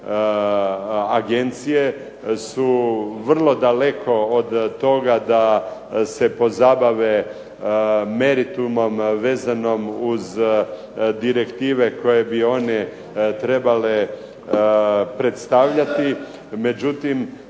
agencije su vrlo daleko od toga da se pozabave meritumom vezanom uz direktive koje bi one trebale predstavljati. Međutim,